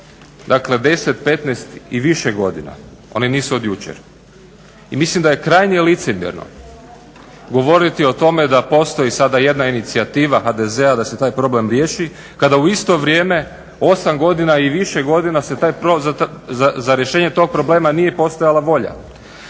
dakle 10, 15 i više godina, oni nisu od jučer. I mislim da je krajnje licemjerno govoriti o tome da postoji sada jedna incijativa HDZ-a da se taj problem riješi kada u isto vrijeme 8 godina i više godina se za rješenje tog problema nije postojala volja.